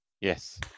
Yes